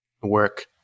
work